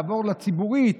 לעבור לציבורית,